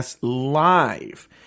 live